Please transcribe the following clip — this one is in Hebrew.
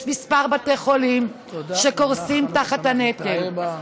יש כמה בתי חולים שקורסים תחת הנטל,